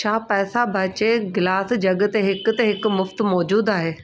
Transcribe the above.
छा पसाबाहचे glass jug ते हिक ते हिक मुफ़्ति मौजूदु आहे